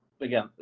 again